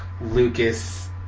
Lucas